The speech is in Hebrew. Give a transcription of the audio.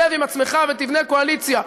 שב עם עצמך ותבנה קואליציה,